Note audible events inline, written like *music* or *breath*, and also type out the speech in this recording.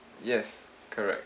*breath* yes correct